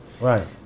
Right